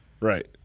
Right